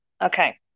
Okay